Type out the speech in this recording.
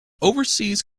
overseas